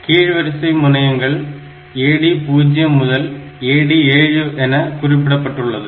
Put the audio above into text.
கீழ் வரிசை முனையங்கள் AD0 முதல் AD7 என குறிக்கப்பட்டுள்ளது